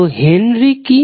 তো হেনরি কি